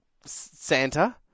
Santa